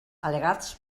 al·legats